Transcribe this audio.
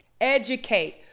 educate